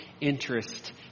interest